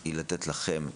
היא לתת לכם,